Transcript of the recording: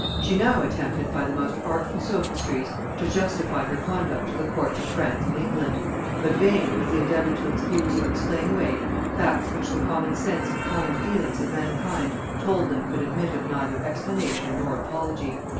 she now attempted by the most artful sophistries to justify her conduct to the courts of france and england but vain was the endeavour to excuse or explain away facts which the common sense and common feelings of mankind told them could admit of neither explanation nor apology.